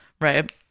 right